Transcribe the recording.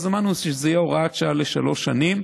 אז אמרנו שזה יהיה בהוראת שעה לשלוש שנים.